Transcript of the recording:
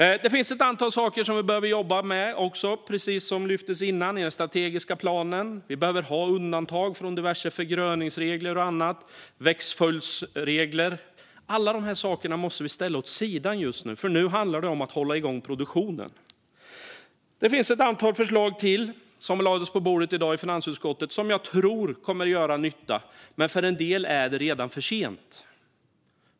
Det finns, som lyftes fram innan, ett antal saker i den strategiska planen som vi behöver jobba med. Vi behöver ha undantag från diverse förgröningsregler, växtföljdsregler och annat. Alla de här sakerna måste vi ställa åt sidan just nu, för nu handlar det om att hålla igång produktionen. Det finns också ett antal andra förslag som lades på bordet i dag i finansutskottet och som jag tror kommer att göra nytta. För en del är det redan för sent.